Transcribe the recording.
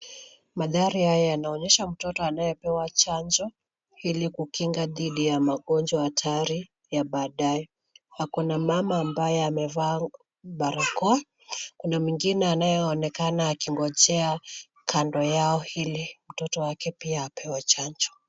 Mandhari haya yanaonyesha mtoto anayepewa chanjo ili kukinga dhidi ya magonjwa hatari ya baadaye. Ako na mama ambaye amevaa barakoa. Kuna mwingine anayeonekana akingojea kando yao ili mtoto wake pia apewe chanjo.